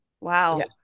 Wow